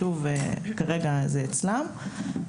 כרגע זה אצלם.